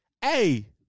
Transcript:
hey